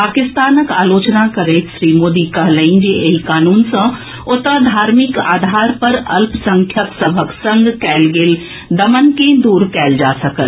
पाकिस्तानक आलोचना करैत श्री मोदी कहलनि जे एहि कानून सॅ ओतय धार्मिक आधार पर अल्पसंख्यक सभक संग कयल गेल दमन कॅ दूर कयल जा सकत